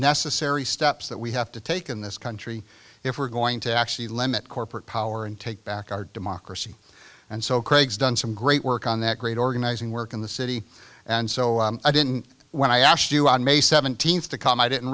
necessary steps that we have to take in this country if we're going to actually limit corporate power and take back our democracy and so craig's done some great work on that great organizing work in the city and so i didn't when i asked you on may seventeenth to come i didn't